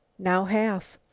now half,